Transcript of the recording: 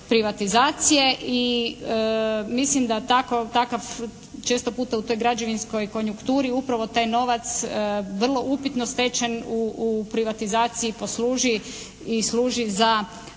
privatizacije i mislim da takav često puta u toj građevinskoj konjukturi upravo taj novac vrlo upitno stečen u privatizaciji posluži i služi za